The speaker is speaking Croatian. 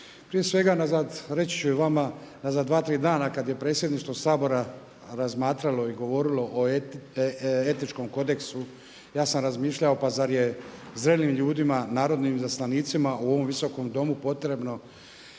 Prije svega reći ću i vama unazad dva, tri dana kada je predsjedništvo Sabora razmatralo i govorilo o Etičkom kodeksu, ja sam razmišljao pa zar je zrelim ljudima, narodnim izaslanicima u ovom Visokom domu potreban